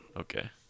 Okay